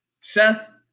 Seth